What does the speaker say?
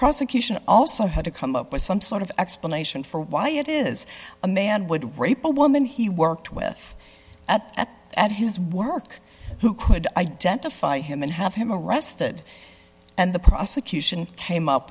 prosecution also had to come up with some sort of explanation for why it is a man would rape a woman he worked with at at his work who could identify him and have him arrested and the prosecution came up